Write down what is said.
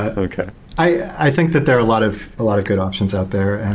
ah okay i think that there are a lot of ah lot of good options out there.